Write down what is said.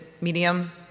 medium